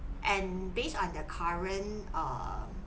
and based on the current err